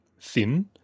thin